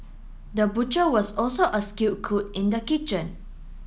the butcher was also a skilled cook in the kitchen